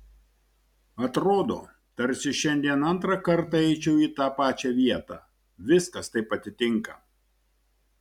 atrodo tarsi šiandien antrą kartą eičiau į tą pačią vietą viskas taip atitinka